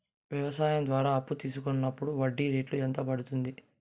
వ్యవసాయం ద్వారా అప్పు తీసుకున్నప్పుడు వడ్డీ రేటు ఎంత పడ్తుంది